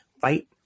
fight